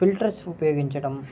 filters ఉపయోగించటం